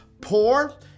poor